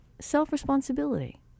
self-responsibility